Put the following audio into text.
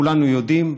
כולנו יודעים,